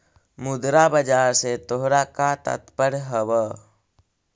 मुद्रा बाजार से तोहरा का तात्पर्य हवअ